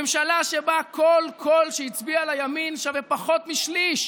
ממשלה שבה כל קול שהצביע לימין שווה פחות משליש,